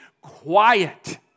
quiet